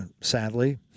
sadly